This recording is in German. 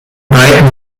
breiten